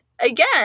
Again